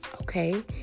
Okay